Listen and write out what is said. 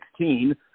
2016